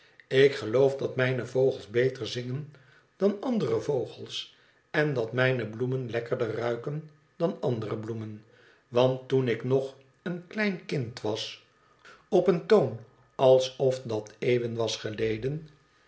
ik geloof dat mijne vogels beter zingen dan andere vogels en dat mijne bloemen lekkerder ruiken dan andere bloemen want toen ik nog een klein kind was op een toon alsof dat eeuwen was geleden